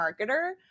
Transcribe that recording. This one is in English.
marketer